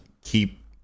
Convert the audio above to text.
keep